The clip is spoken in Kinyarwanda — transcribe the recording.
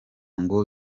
ngo